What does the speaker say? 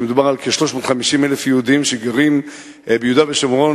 שמדובר בכ-350,000 יהודים שגרים ביהודה ושומרון,